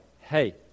hey